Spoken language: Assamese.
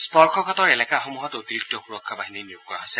স্পৰ্শকাতৰ এলেকাসমূহত অতিৰিক্ত সুৰক্ষা বাহিনী নিয়োগ কৰা হৈছে